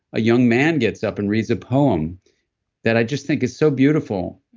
a young man gets up and reads a poem that i just think is so beautiful,